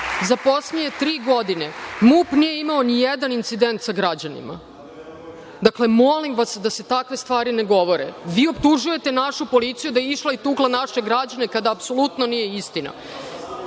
Za poslednje tri godine, MUP nije imao nijedan incident sa građanima. Dakle, molim vas da se takve stvari ne govore. Vi optužujete našu policiju da je išla i tukla naše građane, a to apsolutno nije istina. Kao